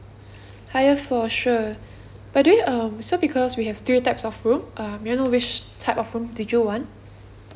ah ya for sure but do you um so because we have three types of room uh may I know which type of room did you want